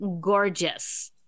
gorgeous